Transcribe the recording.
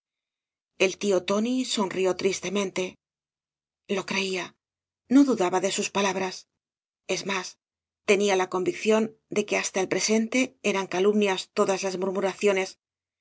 el tío tóni sonrió tristemente lo creía no dudaba de sus palabras es más tenia la convicción de que hasta el presente eran calumnias todas las murmuraciones